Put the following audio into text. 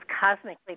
cosmically